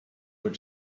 were